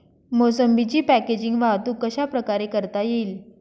मोसंबीची पॅकेजिंग वाहतूक कशाप्रकारे करता येईल?